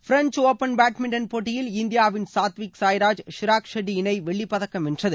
French open badminton போட்டியில் இந்தியாவின் சாத்விக் சாய்ராஜ் ஷிராக் ஷெட்டி இணை வெள்ளிப்பதக்கம் வென்றது